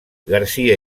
garcia